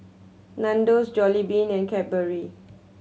Nandos Jollibean and Cadbury